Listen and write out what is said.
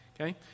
okay